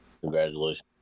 Congratulations